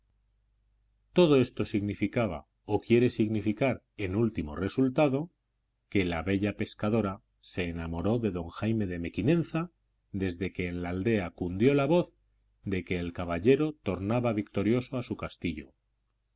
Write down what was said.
todo esto significaba o quiere significar en último resultado que la bella pescadora se enamoró de don jaime de mequinenza desde que en la aldea cundió la voz de que el caballero tornaba victorioso a su castillo